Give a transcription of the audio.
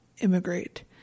immigrate